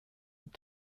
und